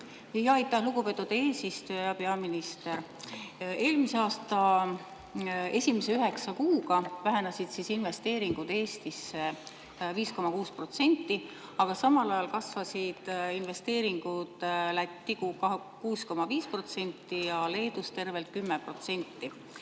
Aitäh, lugupeetud eesistuja! Peaminister! Eelmise aasta esimese üheksa kuuga vähenesid investeeringud Eestisse 5,6%, aga samal ajal kasvasid investeeringud Lätti 6,5% ja Leedusse tervelt 10%.